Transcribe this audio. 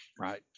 Right